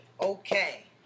Okay